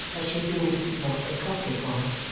that she had been to see what o'clock it was.